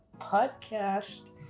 podcast